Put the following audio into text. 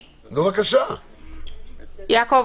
יעקב,